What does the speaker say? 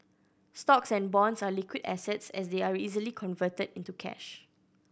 stocks and bonds are liquid assets as they are easily converted into cash